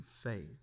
faith